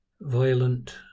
violent